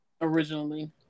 Originally